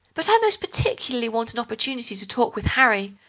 but i most particularly want an opportunity to talk with harry,